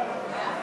אורן